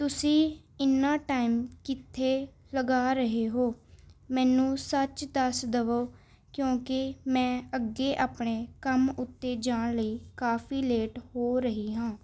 ਤੁਸੀਂ ਇੰਨਾਂ ਟਾਈਮ ਕਿੱਥੇ ਲਗਾ ਰਹੇ ਹੋ ਮੈਨੂੰ ਸੱਚ ਦੱਸ ਦੇਵੋ ਕਿਉਂਕਿ ਮੈਂ ਅੱਗੇ ਆਪਣੇ ਕੰਮ ਉੱਤੇ ਜਾਣ ਲਈ ਕਾਫੀ ਲੇਟ ਹੋ ਰਹੀ ਹਾਂ